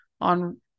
on